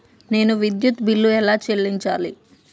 నేను విద్యుత్ బిల్లు ఎలా చెల్లించాలి?